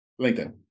LinkedIn